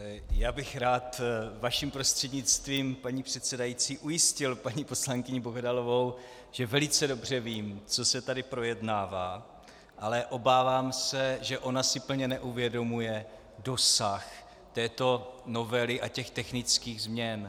Já bych rád vaším prostřednictvím, paní předsedající, ujistil paní poslankyni Bohdalovou, že velice dobře vím, co se tady projednává, ale obávám se, že ona si plně neuvědomuje dosah této novely a těch technických změn.